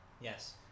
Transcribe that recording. Yes